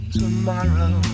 tomorrow